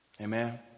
Amen